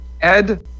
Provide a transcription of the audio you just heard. Ed